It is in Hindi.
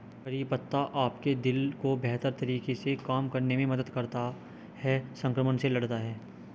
करी पत्ता आपके दिल को बेहतर तरीके से काम करने में मदद करता है, संक्रमण से लड़ता है